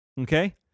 okay